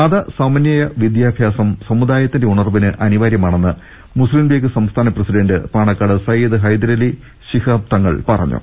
മത സമന്യ വിദ്യാഭ്യാസം സമുദായത്തിന്റെ ഉണർവിന് അനിവാര്യ മാണെന്ന് മുസ്ലിംലീഗ് സംസ്ഥാന പ്രസിഡന്റ് പാണക്കാട് സയ്യിദ് ഹൈദ രലി ശിഹാബ് തങ്ങൾ പറഞ്ഞു